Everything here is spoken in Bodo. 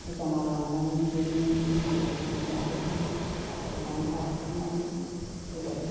अजानाव लांनानै बिदिनो मुलि गोथां मा गोथां खाथ'बनानै दाफबनानै होबाय